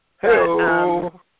Hello